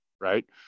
right